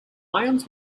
ions